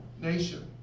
nation